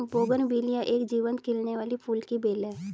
bougainvillea एक जीवंत खिलने वाली फूल की बेल है